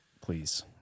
please